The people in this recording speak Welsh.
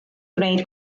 gwneud